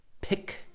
pick